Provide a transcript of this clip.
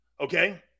okay